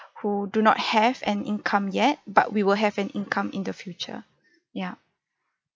who do not have an income yet but we will have an income in the future ya